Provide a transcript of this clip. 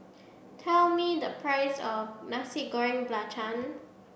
tell me the price of Nasi Goreng Belacan